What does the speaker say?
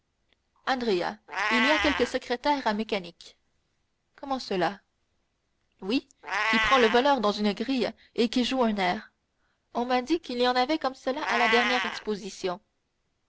il y a quelque secrétaire à mécanique comment cela oui qui prend le voleur dans une grille et qui joue un air on m'a dit qu'il y en avait comme cela à la dernière exposition